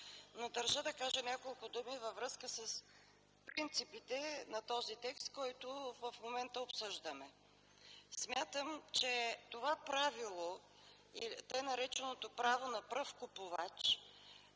но държа да кажа няколко думи във връзка с принципите на този текст, който в момента обсъждаме. Смятам, че това правило - така нареченото право на пръв купувач,